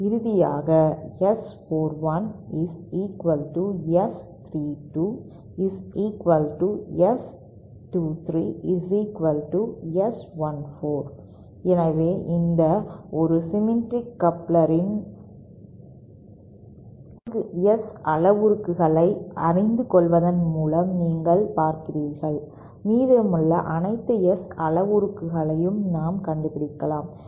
இறுதியாக S 41 S 32 S 23 S 14 எனவே இந்த ஒரு சிம்மெட்ரிக் கப்ளர் இன் 4 S அளவுருக்ககளை அறிந்து கொள்வதன் மூலம் நீங்கள் பார்க்கிறீர்கள் மீதமுள்ள அனைத்து S அளவுருக்களையும் நாம் கண்டுபிடிக்கலாம்